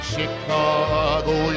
Chicago